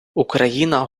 україна